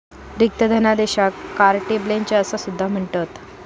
रिक्त धनादेशाक carte blanche असा सुद्धा म्हणतत